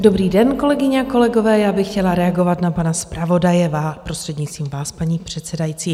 Dobrý den, kolegyně a kolegové, já bych chtěla reagovat na pana zpravodaje prostřednictvím vás, paní předsedající.